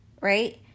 right